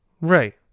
Right